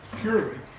purely